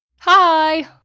Hi